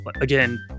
again